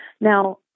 Now